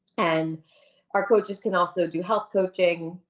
and our coaches can also do health coaching,